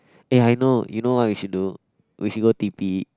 eh I know you know what we should do we should go t_p